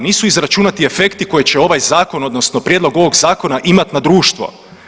Nisu izračunati efekti koji će ovaj zakon odnosno prijedlog ovog zakona imati na društvo.